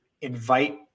invite